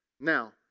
Now